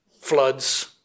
floods